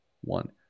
one